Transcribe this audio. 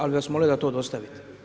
Ali bih vas molio da to dostavite.